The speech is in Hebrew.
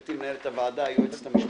גברתי מנהלת הוועדה, היועצת המשפטית,